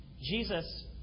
Jesus